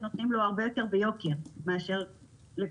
אז נותנים לו הרבה יותר ביוקר מאשר לכולנו.